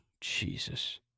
Jesus